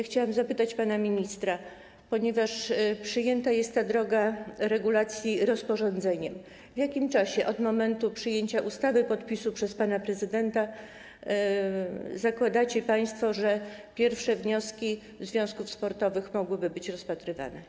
Chciałam zapytać pana ministra, ponieważ przyjęta jest droga regulacji rozporządzeniem: W jakim czasie od momentu przyjęcia ustawy, podpisu przez pana prezydenta zakładacie państwo, że pierwsze wnioski związków sportowych mogłyby być rozpatrywane?